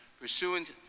pursuant